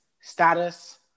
status